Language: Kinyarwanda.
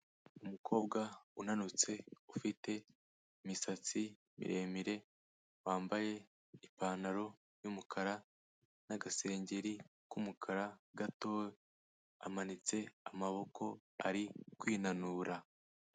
Umukobwa unanutse ufite imisatsi miremire, wambaye ipantaro y'umukara n'agasengeri k'umukara gato, amanitse amaboko ari kwinanura.